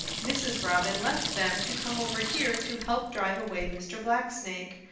mrs. robin left them to come over here to help drive away mr. blacksnake,